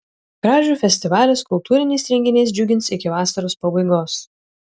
kražių festivalis kultūriniais renginiais džiugins iki vasaros pabaigos